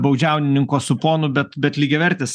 baudžiauninko su ponu bet bet lygiavertis